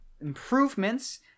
improvements